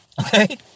Okay